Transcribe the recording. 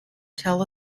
tell